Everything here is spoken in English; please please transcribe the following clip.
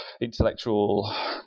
intellectual